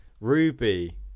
ruby